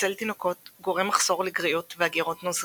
אצל תינוקות גורם מחסור לגריות ואגירות נוזלים.